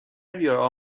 بیار